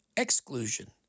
Exclusion